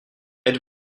êtes